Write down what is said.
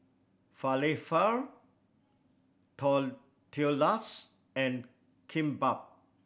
Falafel Tortillas and Kimbap